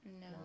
No